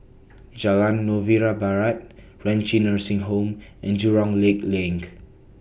Jalan Novena Barat Renci Nursing Home and Jurong Lake LINK